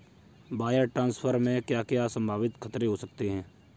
Wire transfer में क्या क्या संभावित खतरे हो सकते हैं?